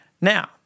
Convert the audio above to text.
Now